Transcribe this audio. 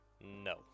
No